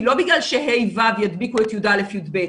לא בגלל ש-ה'-ו' ידביקו את י"א-י"ב,